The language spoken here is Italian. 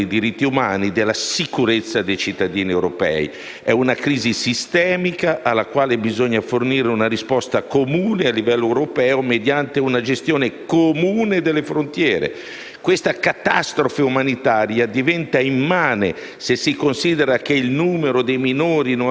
a livello europeo, mediante una gestione comune delle frontiere». Questa catastrofe umanitaria diventa immane se si considera che il numero dei minori non accompagnati ha superato i 25.000 nel 2016, e siamo già quasi a 3.000 nei primi tre mesi del 2017,